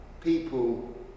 people